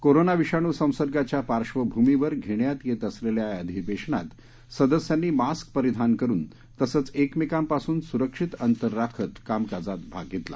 corona विषाणू संसर्गाच्या पार्श्वभूमीवर घेण्यात येत असलेल्या या अधिवेशनात सदस्यांनी मास्क परीधान करून तसंच एकमेकांपासून सुरक्षित अंतर राखत कामकाजात भाग घेतला